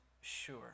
sure